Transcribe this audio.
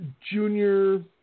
Junior